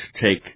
take